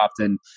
often